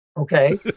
Okay